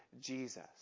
Jesus